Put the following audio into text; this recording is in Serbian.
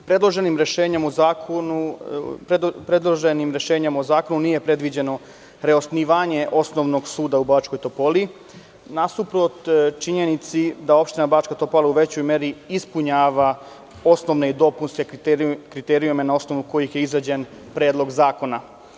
Predloženim rešenjem u zakonu nije predviđeno preosnivanje osnovnog suda u Bačkoj Topoli, nasuprot činjenici da opština Bačka Topola u većoj meri ispunjava osnovne i dopunske kriterijume na osnovu kojih je izrađen Predlog zakona.